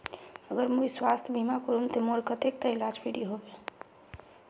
अगर मुई स्वास्थ्य बीमा करूम ते मोर कतेक तक इलाज फ्री होबे?